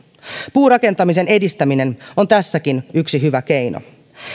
puurakentamisen edistäminen on tässäkin yksi hyvä keino